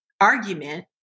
argument